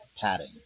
padding